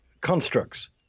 constructs